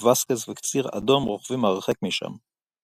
ואסקז ו"קציר אדום" רוכבים הרחק משם.